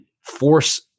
force